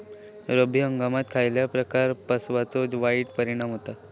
रब्बी हंगामात खयल्या पिकार पावसाचो वाईट परिणाम होता?